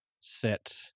set